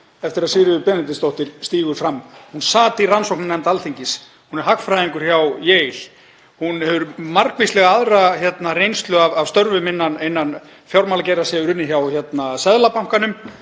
eftir að Sigríður Benediktsdóttir stígur fram. Hún sat í rannsóknarnefnd Alþingis. Hún er hagfræðingur hjá Yale. Hún hefur margvíslega aðra reynslu af störfum innan fjármálageirans, hefur unnið hjá Seðlabankanum.